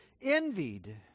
envied